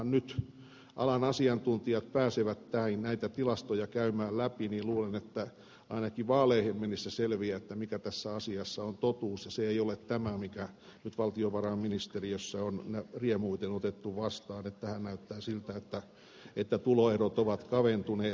kunhan alan asiantuntijat pääsevät näitä tilastoja käymään läpi luulen että ainakin vaaleihin mennessä selviää mikä tässä asiassa on totuus ja se ei ole tämä mikä nyt valtiovarainministeriössä on riemuiten otettu vastaan että tämähän näyttää siltä että tuloerot ovat kaventuneet